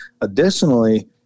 Additionally